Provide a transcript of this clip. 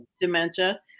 dementia